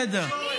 בסדר.